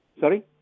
Sorry